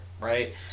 right